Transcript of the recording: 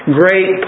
great